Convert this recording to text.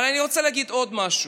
אבל אני רוצה להגיד עוד משהו.